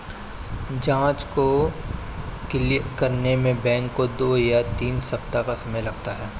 जाँच को क्लियर करने में बैंकों को दो या तीन सप्ताह का समय लगता है